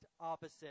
opposite